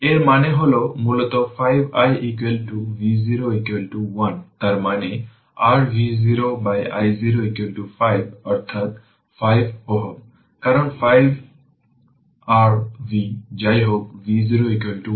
এর মানে হয় মূলত 5 i V0 1 তার মানে r V0 by i0 5 অর্থাৎ 5 Ω কারণ V0 r v যাইহোক V0 1